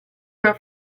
una